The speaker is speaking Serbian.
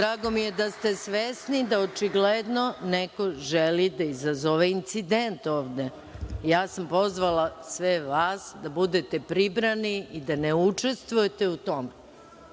Drago mi je da ste svesni da očigledno neko želi da izazove incident ovde. Pozvala sam sve vas da budete pribrani i da ne učestvujete u tome.